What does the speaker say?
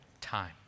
time